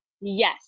Yes